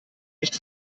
nicht